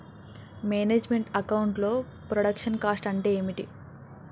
Manage meant account లో production cost అంటే ఏమిటి?